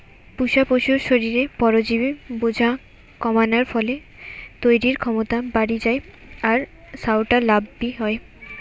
পুশা পশুর শরীরে পরজীবি বোঝা কমানার ফলে তইরির ক্ষমতা বাড়ি যায় আর সউটা লাভ বি হয়